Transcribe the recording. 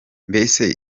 mbese